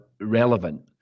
relevant